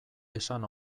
esan